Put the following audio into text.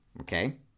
Okay